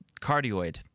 cardioid